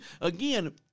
again